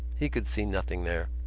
he could see nothing there.